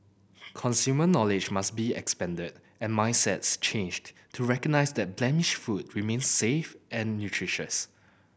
consumer knowledge must be expanded and mindsets changed to recognise that blemished food remains safe and nutritious